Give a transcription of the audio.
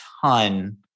ton